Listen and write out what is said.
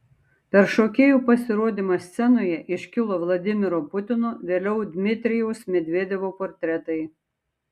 per šokėjų pasirodymą scenoje iškilo vladimiro putino vėliau dmitrijaus medvedevo portretai